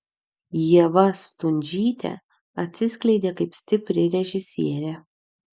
ieva stundžytė atsiskleidė kaip stipri režisierė